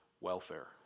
welfare